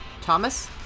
Thomas